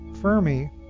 Fermi